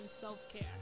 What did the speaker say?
self-care